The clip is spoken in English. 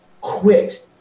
quit